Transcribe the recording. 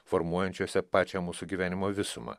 formuojančiuose pačią mūsų gyvenimo visumą